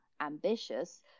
ambitious